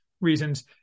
reasons